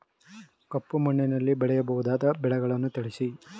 ಕಪ್ಪು ಮಣ್ಣಿನಲ್ಲಿ ಬೆಳೆಯಬಹುದಾದ ಬೆಳೆಗಳನ್ನು ತಿಳಿಸಿ?